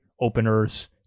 openers